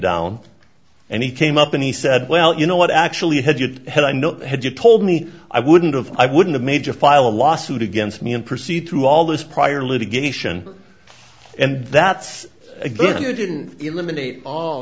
down and he came up and he said well you know what actually had you had i know had you told me i wouldn't of i wouldn't a major file a lawsuit against me and proceed through all this prior litigation and that's a good you didn't eliminate all